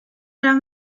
down